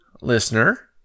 listener